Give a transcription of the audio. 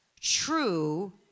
true